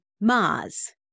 Mars